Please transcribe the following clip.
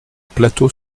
plateau